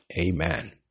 Amen